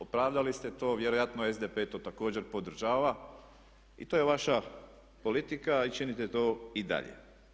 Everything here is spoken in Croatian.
Opravdali ste to, vjerojatno SDP to također podržava i to je vaša politika i činite to i dalje.